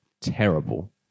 terrible